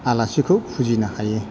आलासिखौ फुजिनो हायो